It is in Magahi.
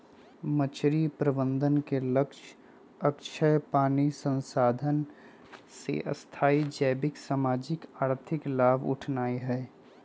मछरी प्रबंधन के लक्ष्य अक्षय पानी संसाधन से स्थाई जैविक, सामाजिक, आर्थिक लाभ उठेनाइ हइ